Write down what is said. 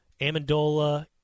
Amendola